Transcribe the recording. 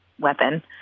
weapon